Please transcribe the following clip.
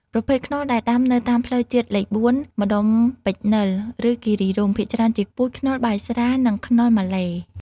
ប្រភេទខ្នុរដែលដាំនៅតាមផ្លូវជាតិលេខ ៤ ម្ដុំពេជ្រនិល ឬគិរីរម្យ ភាគច្រើនជាពូជខ្នុរបាយស្រា និងខ្នុរម៉ាឡេ។